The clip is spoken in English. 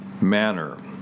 manner